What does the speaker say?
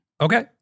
Okay